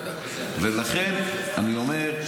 ולכן אני אומר,